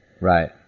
Right